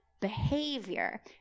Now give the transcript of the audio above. behavior